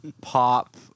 pop